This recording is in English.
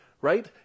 right